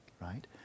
right